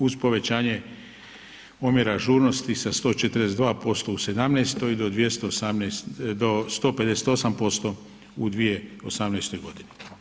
Uz povećanje omjera ažurnosti sa 142% u 2017. do 158% u 2018. godini.